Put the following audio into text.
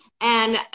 and-